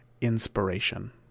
inspiration